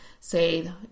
say